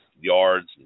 yards